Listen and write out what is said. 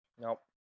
Nope